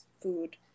food